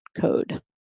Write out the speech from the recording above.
Code